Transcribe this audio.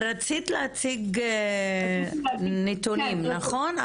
רצית להציג נתונים, נכון?